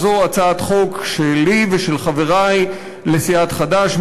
שזו הצעת חוק שלי ושל חברי לסיעת חד"ש,